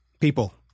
people